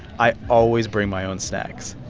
i always bring my own snacks.